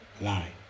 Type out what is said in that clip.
lie